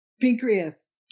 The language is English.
pancreas